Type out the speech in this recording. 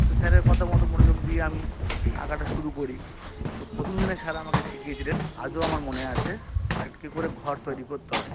তো স্যারের কথা মতো মনোযোগ দিয়ে আমি আঁকাটা শুরু করি তো প্রথম দিনে স্যার আমাকে শিখিয়েছিলেন আজও আমার মনে আছে একটা কী করে ঘর তৈরি করতে হয়